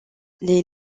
les